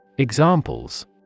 Examples